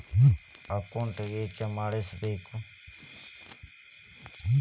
Account ಯಾಕ್ ಮಾಡಿಸಬೇಕು?